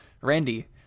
Randy